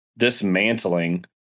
dismantling